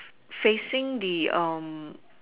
facing the um